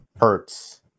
Hurts